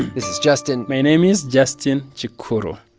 this is justin my name is justin chikuru.